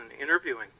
interviewing